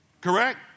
Correct